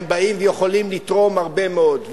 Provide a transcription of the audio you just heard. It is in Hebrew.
הם באים ויכולים לתרום הרבה מאוד,